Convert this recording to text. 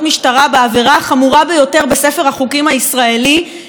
ביותר בספר החוקים הישראלי לאיש ציבור.